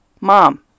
mom